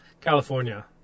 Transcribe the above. California